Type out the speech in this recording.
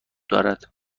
دارد